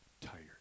tired